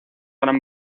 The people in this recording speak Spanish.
gran